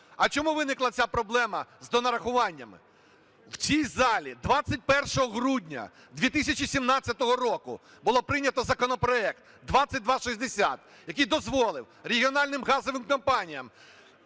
А чому виникла ця проблема з донарахуваннями? В цій залі 21 грудня 2017 року було прийнято законопроект 2260, який дозволив регіональним газовим компаніям